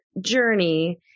journey